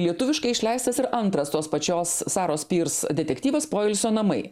lietuviškai išleistas ir antras tos pačios saros pyrs detektyvas poilsio namai